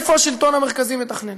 איפה השלטון המרכזי מתכנן?